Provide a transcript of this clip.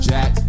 Jack